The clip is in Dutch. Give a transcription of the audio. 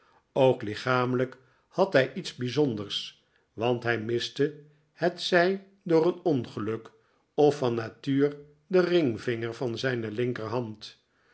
ook lichamelijk had hij iets bijzonders want hij miste hetzij door een ongeluk of van natuur den ringvinger van zijne linkerhand